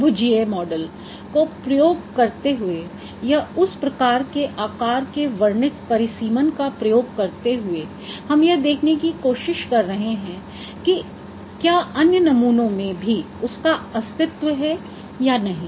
बहुभुजीय model को प्रयोग करते हुए या उस प्रकार के आकार के वर्णित परिसीमन का प्रयोग करते हुए हम यह देखने की कोशिश कर रहे हैं कि क्या अन्य नमूनों में भी उसका अस्तित्व है या नहीं